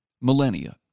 millennia